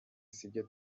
sibyo